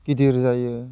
गिदिर जायो